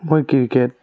মই ক্ৰিকেট